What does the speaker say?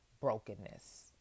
brokenness